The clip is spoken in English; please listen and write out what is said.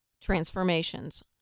transformations